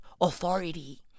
authority